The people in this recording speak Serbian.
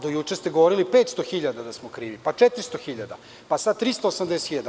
Do juče ste govorili, 500 hiljada da smo krivi, pa 400 hiljada, pa sada 380 hiljada.